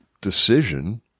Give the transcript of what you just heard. decision